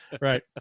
right